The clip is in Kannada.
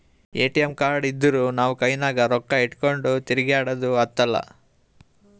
ಎ.ಟಿ.ಎಮ್ ಕಾರ್ಡ್ ಇದ್ದೂರ್ ನಾವು ಕೈನಾಗ್ ರೊಕ್ಕಾ ಇಟ್ಗೊಂಡ್ ತಿರ್ಗ್ಯಾಡದ್ ಹತ್ತಲಾ